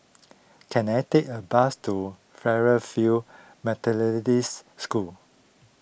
can I take a bus to Fairfield Methodist School